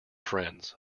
friends